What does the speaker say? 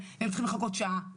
אולי להחמיר ענישה.